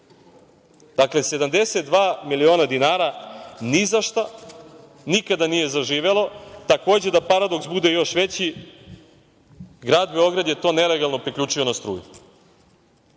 Dakle, 72 miliona dinara ni za šta, nikada nije zaživelo. Takođe, da paradoks bude još veći, grad Beograd je to nelegalno priključio na struju. Kada